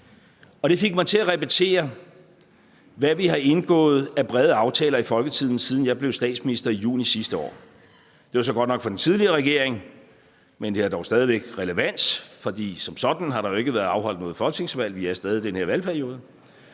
Og det fik mig til at repetere, hvad vi har indgået af brede aftaler i Folketinget, siden jeg blev statsminister i juni sidste år. Det var så godt nok for den tidligere regering, men det er dog stadig væk relevant, for som sådan har der jo ikke været afholdt noget folketingsvalg – vi er stadig i den her valgperiode.